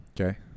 Okay